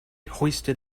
hoisted